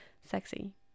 sexy